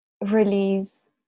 release